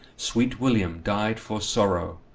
sweet william dyed for sorrow.